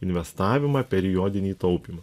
investavimą periodinį taupymą